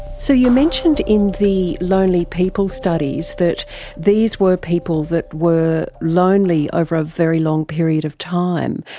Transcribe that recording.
so you mentioned in the lonely people studies that these were people that were lonely over a very long period of time.